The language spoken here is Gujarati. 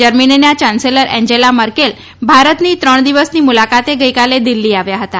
જર્મનીના ચાન્સેલર એન્જેલા માર્કેલ ભારતની ત્રણ દિવસની મુલાકાતે ગઈકાલે દિલ્ફી આવ્યા હતા